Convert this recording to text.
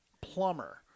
plumber